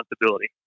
responsibility